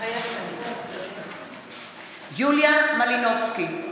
מתחייבת אני יוליה מלינובסקי,